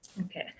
Okay